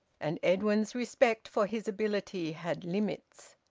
and edwin's respect for his ability had limits.